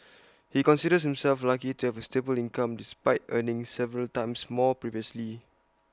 he considers himself lucky to have A stable income despite earning several times more previously